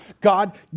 God